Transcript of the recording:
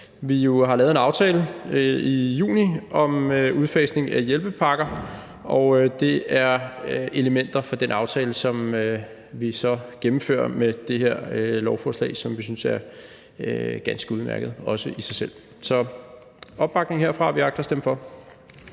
jo har lavet en aftale i juni om udfasning af hjælpepakker, og det er elementer fra den aftale, som vi så gennemfører med det her lovforslag, som vi synes er ganske udmærket, også i sig selv. Så opbakning herfra, vi agter at stemme for.